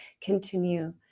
continue